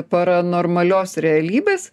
paranormalios realybės